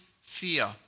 fear